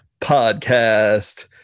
podcast